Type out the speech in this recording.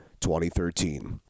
2013